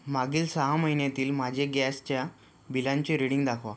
मागील सहा महिन्यांतील माझे गॅसच्या बिलांचे रीडिंग दाखवा